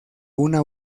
una